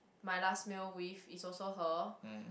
my last meal with is also her